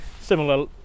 similar